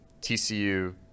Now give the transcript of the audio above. TCU